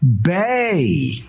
Bay